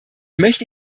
möchte